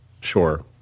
Sure